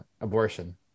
abortion